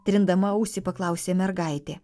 trindama ausį paklausė mergaitė